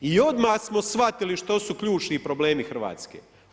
I odmah smo shvatili što su ključni problemi Hrvatske.